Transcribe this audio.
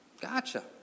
Gotcha